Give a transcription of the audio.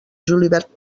julivert